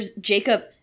Jacob